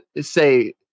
say